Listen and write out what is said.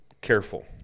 careful